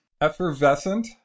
effervescent